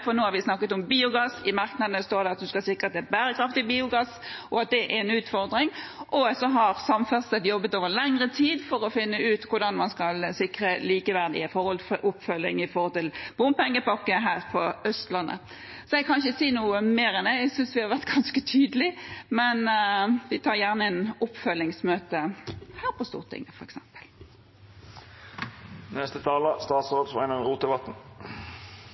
for nå har vi snakket om biogass. I merknadene står det at man skal sikre at det er bærekraftig biogass, og at det er en utfordring. Samferdsel har jobbet over lengre tid for å finne ut hvordan man skal sikre likeverdige forhold for oppfølging med tanke på en bompengepakke her på Østlandet. Så jeg kan ikke si noe mer enn det, jeg synes vi har vært ganske tydelige – men vi tar gjerne et oppfølgingsmøte her på Stortinget.